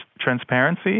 transparency